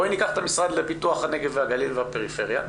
בואי ניקח את המשרד לפיתוח הנגב והגליל והפריפריה,